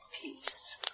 peace